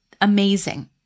amazing